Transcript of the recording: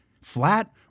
Flat